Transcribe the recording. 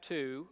Two